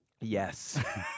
Yes